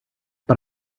but